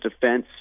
defense